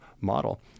model